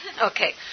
Okay